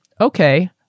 okay